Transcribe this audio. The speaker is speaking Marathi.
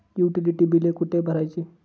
युटिलिटी बिले कुठे भरायची?